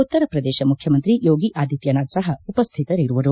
ಉತ್ತರಪ್ರದೇಶ ಮುಖ್ಯಮಂತ್ರಿ ಯೋಗಿ ಆದತ್ತನಾಥ್ ಸಹ ಉಪಸ್ಥಿತರಿರುವರು